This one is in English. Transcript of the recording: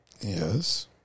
Yes